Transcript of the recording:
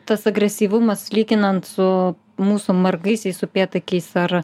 tas agresyvumas lyginant su mūsų margaisiais upėtakiais ar